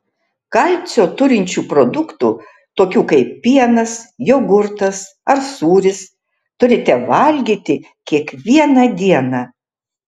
kalcio turinčių produktų tokių kaip pienas jogurtas ar sūris turite valgyti kiekvieną dieną